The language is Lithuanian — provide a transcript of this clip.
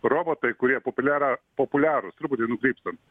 robotai kurie populiarą populiarūs truputį nukrypstant